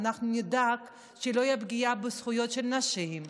ואנחנו נדאג שלא תהיה פגיעה בזכויות של נשים,